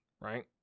Right